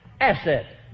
asset